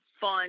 fun